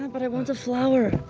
but i want a flower